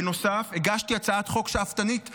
בנוסף, הגשתי הצעת חוק שאפתנית משלי,